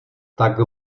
tak